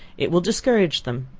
it will discourage them.